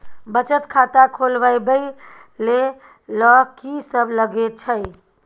बचत खाता खोलवैबे ले ल की सब लगे छै?